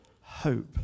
Hope